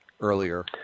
earlier